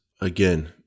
again